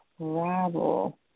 Travel